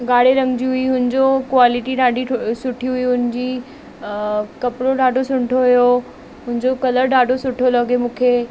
ॻाढ़े रंग जी हुई हुन जो क्वालिटी ॾाढी ठ सुठी हुई हुन जी कपिड़ो ॾाढो सुंठो हुओ हुन जो कलर ॾाढो सुठो लॻे मूंखे